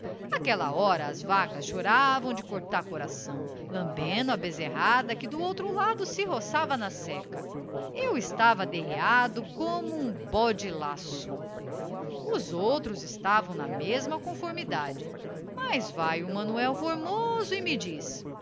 aquella hora as vaccas choravam de cortar coração lambendo a bezerrada que do outro lado se roçava na cerca eu estava derreado como um bode lasso os outros estavam na mesma conformidade mas vae o manoel formoso e me diz